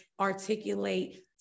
articulate